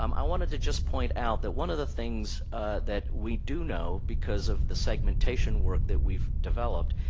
um i wanted to just point out that one of the things that we do know because of the segmentation work that we've developed,